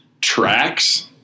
tracks